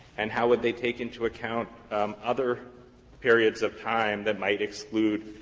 and how would they take into account other periods of time that might exclude